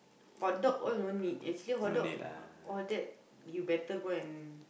hot dog all no need actually hot dog all that you better go and